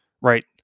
right